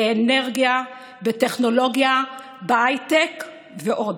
באנרגיה, בטכנולוגיה, בהייטק ועוד,